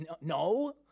No